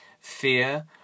Fear